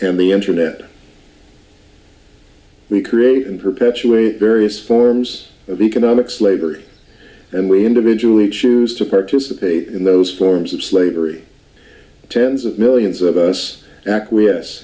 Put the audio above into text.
and the internet we create and perpetuate various forms of economic slavery and we individually choose to participate in those forms of slavery tens of millions of us acquiesce